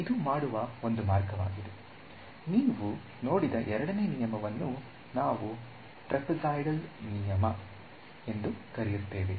ಇದು ಮಾಡುವ ಒಂದು ಮಾರ್ಗವಾಗಿದೆ ನೀವು ನೋಡಿದ ಎರಡನೆಯ ನಿಯಮವನ್ನು ನಾವು ಟ್ರೆಪೆಜಾಯಿಡಲ್ ನಿಯಮ ಎಂದು ಕರೆಯುತ್ತೇವೆ